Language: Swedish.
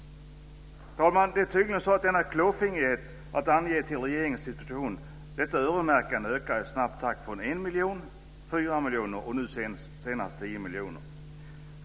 Herr talman! Det är tydligen så att denna klåfingrighet att ange "till regeringens disposition", detta öronmärkande, ökar i snabb takt från 1 miljon till 4 miljoner och nu senast 10 miljoner.